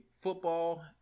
football